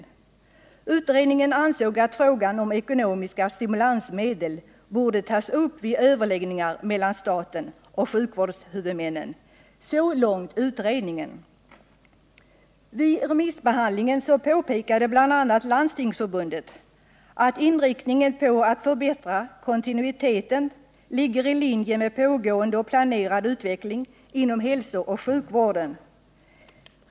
Utredningen ansåg att frågan om ekonomiska stimulansmedel borde tas upp vid överläggningar mellan staten och sjukvårdshuvudmännen. Så långt utredningen. Vid remissbehandlingen påpekade bl.a. Landstingsförbundet att inriktningen på att förbättra kontinuiteten ligger i linje med pågående och planerad utveckling inom hälsooch sjukvården.